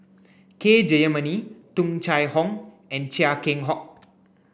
K Jayamani Tung Chye Hong and Chia Keng Hock